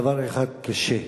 דבר אחד קשה: